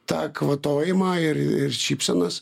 tą kvatojimą ir šypsenas